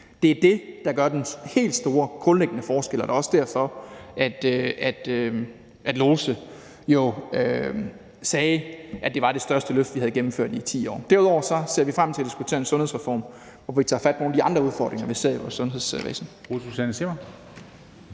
Det er det, der gør den helt store, grundlæggende forskel, og det var jo også derfor, at Stephanie Lose sagde, at det var det største løft, vi havde gennemført i 10 år. Derudover ser vi frem til at diskutere en sundhedsreform, hvor vi tager fat på nogle af de andre udfordringer, vi ser i vores sundhedsvæsen.